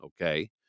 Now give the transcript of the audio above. okay